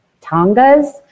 tongas